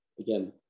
again